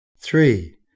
three